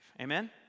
Amen